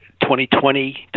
2020